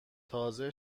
تازه